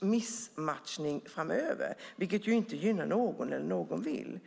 missmatchning framöver, vilket inte någon vill och inte gynnar någon.